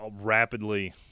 rapidly